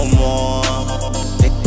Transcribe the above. more